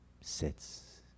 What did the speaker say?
sits